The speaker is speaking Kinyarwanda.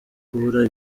kubura